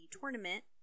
tournament